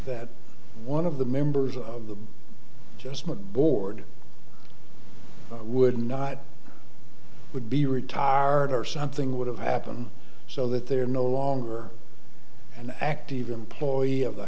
that one of the members of the just might board would not would be retired or something would have happened so that they're no longer an active employee of the